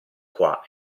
qua